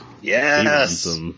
Yes